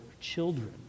children